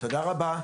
תודה רבה.